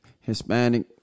hispanic